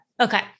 Okay